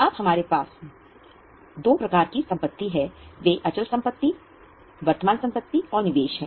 अब हमारे पास जो प्रकार की संपत्ति हैं वे अचल संपत्ति वर्तमान संपत्ति और निवेश हैं